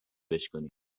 بشکونی